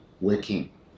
working